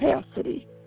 capacity